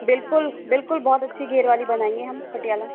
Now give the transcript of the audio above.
बिल्कुल बिल्कुल बहुत अच्छी घेर वाली बनाएंगे हम पटियाला